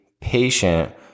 patient